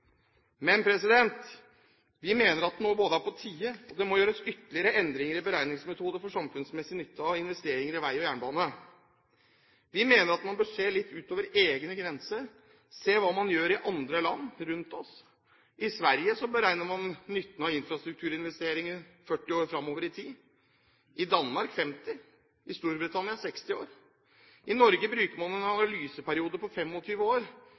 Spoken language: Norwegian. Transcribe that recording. Men vi mener at det nå er på tide at det gjøres ytterligere endringer i beregningsmetodene for samfunnsmessig nytte av investeringer i vei og jernbane. Vi mener at man bør se litt utover egne grenser og se hva man gjør i andre land rundt oss. I Sverige beregner man nytten av infrastrukturinvesteringer 40 år framover i tid, i Danmark 50 år, og i Storbritannia 60 år. I Norge bruker man en analyseperiode på 25 år,